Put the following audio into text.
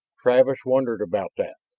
travis wondered about that.